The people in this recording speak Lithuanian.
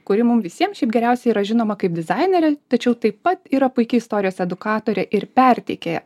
kuri mum visiem šiaip geriausiai yra žinoma kaip dizainerė tačiau taip pat yra puiki istorijos edukatorė ir perteikėja